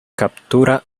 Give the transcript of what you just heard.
captura